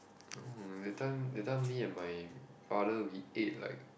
no that time that time me and my father we ate like